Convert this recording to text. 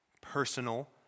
personal